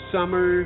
Summer